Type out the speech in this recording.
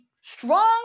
strong